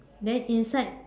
then inside